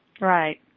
Right